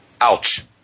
Ouch